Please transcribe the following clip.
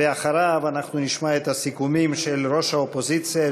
ואחריו אנחנו נשמע את הסיכומים של ראש האופוזיציה,